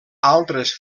altres